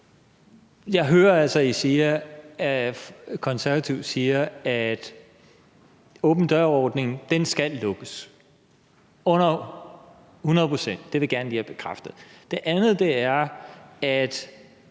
Jeg hører altså, at Konservative siger, at åben dør-ordningen skal lukkes hundrede procent. Det vil jeg gerne lige have bekræftet. Det andet er, at